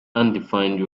undefined